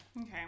Okay